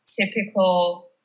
typical